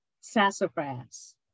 sassafras